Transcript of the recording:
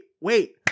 wait